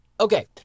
Okay